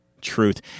truth